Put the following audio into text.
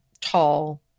tall